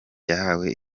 yahawe